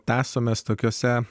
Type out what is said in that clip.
tąsomės tokiose